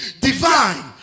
divine